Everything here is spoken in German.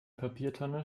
papiertonne